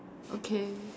okay